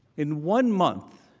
in one month,